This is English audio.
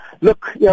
Look